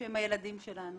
שהם הילדים שלנו